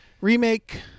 remake